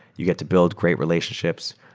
you get to build great relationships.